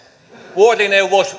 vuorineuvos